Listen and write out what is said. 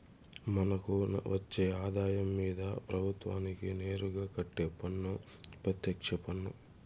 మనకు వచ్చే ఆదాయం మీద ప్రభుత్వానికి నేరుగా కట్టే పన్ను పెత్యక్ష పన్ను